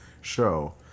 show